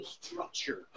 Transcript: structure